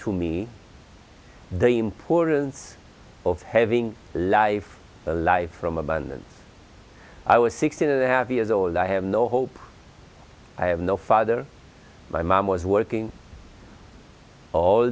to me the importance of having lived a life from abundance i was sixteen and a half years old i have no hope i have no father my mom was working